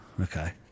okay